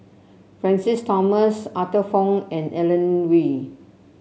Francis Thomas Arthur Fong and Alan Oei